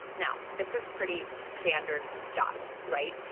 now, this is pretty standard stuff, right?